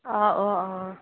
অ অ অ